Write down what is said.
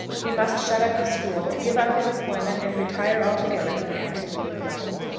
he must shut up his school give up his employment and retire altogether from the activity of life.